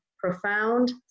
Profound